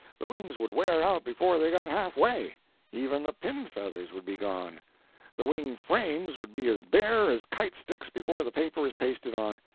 the wings would wear out before they got half-way even the pin-feathers would be gone the wing frames would be as bare as kite sticks before the paper is pasted on.